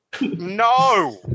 No